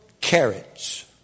carrots